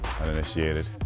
uninitiated